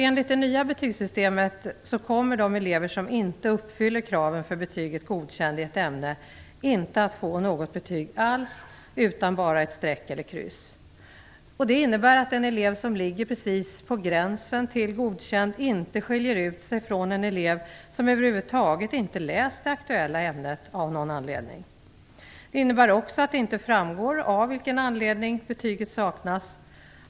Enligt det nya betygssystemet kommer de elever som inte uppfyller kraven för betyget Godkänd i ett ämne inte att få något betyg alls utan bara ett streck eller kryss. Det innebär att en elev som ligger precis på gränsen till Godkänd inte skiljer ut sig från en elev som av någon anledning över huvud taget inte har läst det aktuella ämnet. Det innebär också att det inte framgår av vilken anledning betyget saknas.